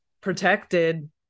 protected